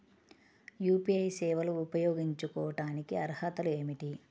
UPI సేవలు ఉపయోగించుకోటానికి అర్హతలు ఏమిటీ?